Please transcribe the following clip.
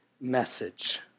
message